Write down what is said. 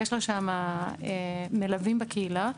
יש לה שם מלווים בקהילה,